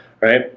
Right